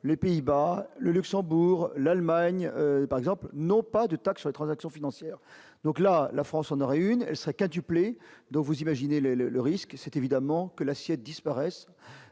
les Pays-Bas, le Luxembourg, l'Allemagne, par exemple, n'ont pas de taxes transactions financières donc la la France, on aura une Elsa quintuplé, donc vous imaginez les le, le risque c'est évidemment que l'assiette disparaissent